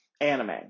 anime